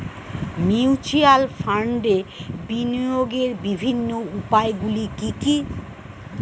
Mutual ফান্ডে বিনিয়োগের বিভিন্ন উপায়গুলি কি কি?